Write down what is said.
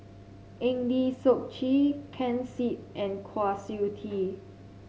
Eng Lee Seok Chee Ken Seet and Kwa Siew Tee